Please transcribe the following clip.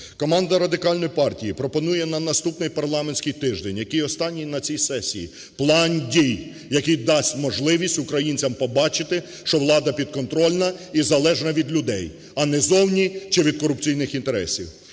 Команда Радикальної партії пропонує на наступний парламентський тиждень, який останній на цій сесії, план дій, який дасть можливість українцям побачити, що влада підконтрольна і залежна від людей, а не зовні чи від корупційних інтересів.